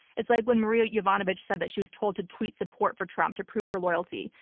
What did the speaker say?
it's like when maria jovanovic said that she was told to tweet support for trump to prove her loyalty,